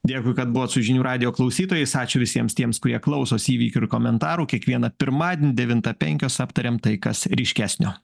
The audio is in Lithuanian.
dėkui kad buvot su žinių radijo klausytojais ačiū visiems tiems kurie klausosi įvykių ir komentarų kiekvieną pirmadienį devintą penkios aptariam tai kas ryškesnio